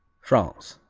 france